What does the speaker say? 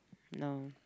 no